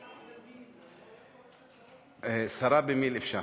שר במיל' יכול, שרה במיל' אפשר.